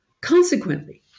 Consequently